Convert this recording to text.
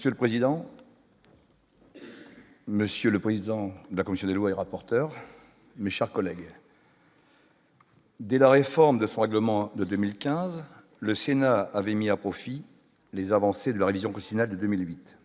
Monsieur le président. Monsieur le président de la commission des lois et rapporteur mais chaque collègue. Des la réforme de son règlement de 2015, le Sénat avait mis à profit les avancées de la révision de 2008